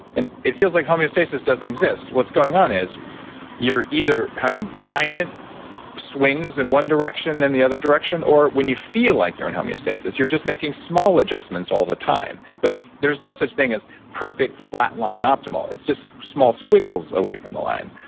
and it feels like homeostasis doesn't exist. what's going on is you're either having giant swings in one direction than the other direction, or when you feel like you're in homeostasis, you're just making small adjustments all the time. but there's no such thing as perfect flatline optimal. it's just small squiggles away from the line,